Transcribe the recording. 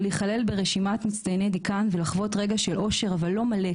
או להיכלל ברשימת מצטייני דיקן ולחוות רגע של אושר אבל לא מלא,